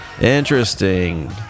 Interesting